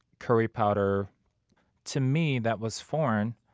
curry powder to me that was foreign.